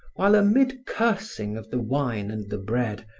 while amid cursing of the wine and the bread,